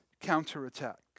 counterattack